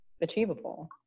achievable